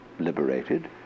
liberated